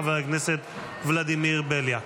חבר הכנסת ולדימיר בליאק,